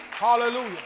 Hallelujah